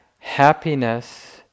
happiness